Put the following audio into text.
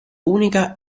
unica